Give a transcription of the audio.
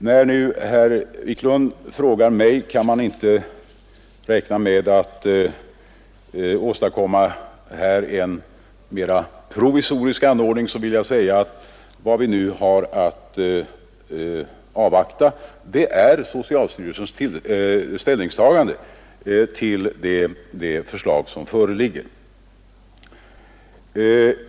När herr Wiklund frågar mig om man inte kan räkna med att åstadkomma en mera provisorisk anordning, vill jag säga att vi har att avvakta socialstyrelsens ställningstagande till det förslag som föreligger.